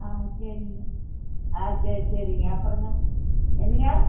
ஆ சரிங்க ஆ சரி சரிங்க அப்புறோங்க என்னங்க